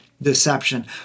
deception